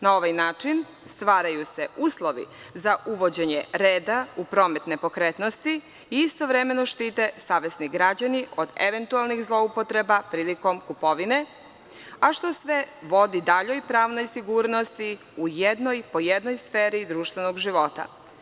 Na ovaj način stvaraju se uslovi za uvođenja reda upromet nepokretnosti i istovremeno štite savesni građani od eventualnih zloupotreba prilikom kupovine, a što sve vodi daljoj pravnoj sigurnosti u jednoj po jednoj sferi društvenog života.